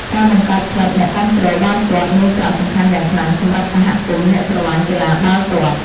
ការបង្កើតក្លឹបអ្នកគាំទ្របាល់ទាត់មានសារៈសំខាន់យ៉ាងខ្លាំងសម្រាប់សហគមន៍អ្នកស្រលាញ់កីឡាបាល់ទាត់។